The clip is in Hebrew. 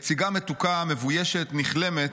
נציגה מתוקה, מבוישת, נכלמת,